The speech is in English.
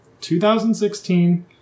2016